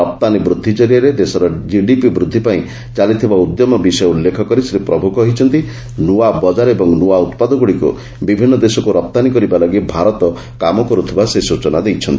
ରପ୍ତାନୀ ବୃଦ୍ଧି କରିଆରେ ଦେଶର ଜିଡିପି ବୃଦ୍ଧିପାଇଁ ଚାଲିଥିବା ଉଦ୍ୟମ ବିଷୟ ଉଲ୍ଲେଖ କରି ଶ୍ରୀ ପ୍ରଭୁ କହିଛନ୍ତି ନୂଆ ବଜାର ଓ ନୂଆ ଉତ୍ପାଦଗୁଡ଼ିକୁ ବିଭିନ୍ନ ଦେଶକୁ ରପ୍ତାନୀ କରିବା ଲାଗି ଭାରତ କାମ କର୍ତ୍ତିଥିବା ସେ ସ୍ୱଚନା ଦେଇଛନ୍ତି